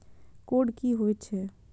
Code की होय छै?